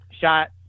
shot